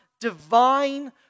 divine